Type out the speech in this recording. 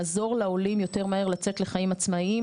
לעזור לעולים לצאת לחיים עצמאיים.